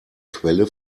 quelle